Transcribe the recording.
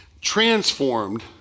transformed